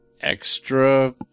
extra